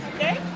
Okay